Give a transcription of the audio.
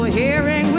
hearing